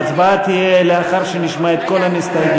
ההצבעה תהיה לאחר שנשמע את כל המסתייגים.